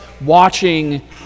watching